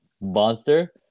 monster